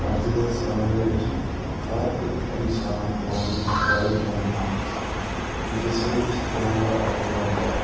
ਅੱਜ ਦੇ ਸਮੇਂ ਵਿੱਚ ਹਰ ਇੱਕ ਇਨਸਾਨ ਕੋਲ ਮੋਬਾਈਲ ਫੋਨ ਹਨ ਜਿਸ ਵਿੱਚ ਕੈਮਰਾ ਉਪਲਬਧ ਹੈ